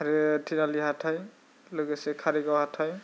आरो थिनालि हाथाय लोगोसे कारिगाव हाथाय